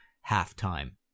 half-time